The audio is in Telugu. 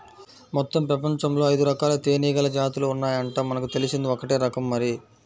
మొత్తం పెపంచంలో ఐదురకాల తేనీగల జాతులు ఉన్నాయంట, మనకు తెలిసింది ఒక్కటే రకం మరి